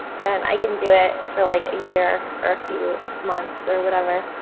then i can do it for like a year or a few months or whatever.